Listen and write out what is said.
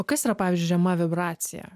o kas yra pavyzdžiui žema vibracija